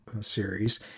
series